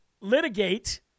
litigate